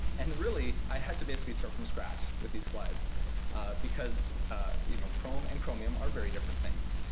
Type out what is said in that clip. and really, i had to basically start from scratch with these slides because you know chrome and chromium are very different things.